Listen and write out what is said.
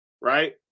right